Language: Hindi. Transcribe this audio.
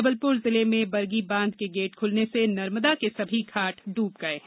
जबलपुर जिले में बरगी बांध के गेट खुलने से नर्मदा के सभी घाट ड्ब गये है